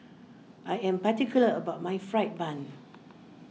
I am particular about my Fried Bun